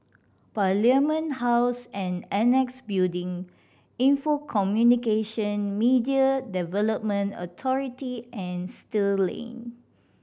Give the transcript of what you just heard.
Parliament House and Annexe Building Info Communications Media Development Authority and Still Lane